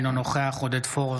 אינו נוכח עודד פורר,